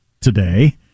today